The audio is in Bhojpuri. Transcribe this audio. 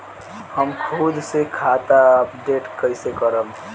हम खुद से खाता अपडेट कइसे करब?